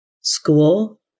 school